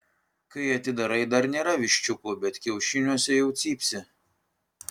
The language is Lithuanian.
kai atidarai dar nėra viščiukų bet kiaušiniuose jau cypsi